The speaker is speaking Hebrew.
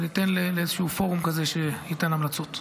וניתן לאיזשהו פורום כזה לתת המלצות.